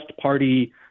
party